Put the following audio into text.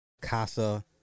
Casa